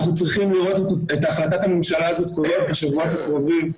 אנחנו צריכים לראות את החלטת הממשלה בשבועות הקרובים.